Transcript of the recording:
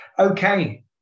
okay